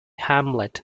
hamlet